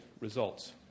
results